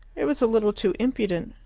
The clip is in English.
it was a little too impudent.